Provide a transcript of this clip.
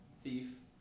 thief